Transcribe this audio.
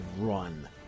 run